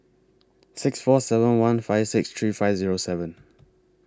six four seven one five six three five Zero seven